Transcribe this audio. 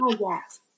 yes